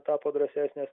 tapo drąsesnės